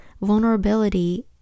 vulnerability